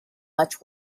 much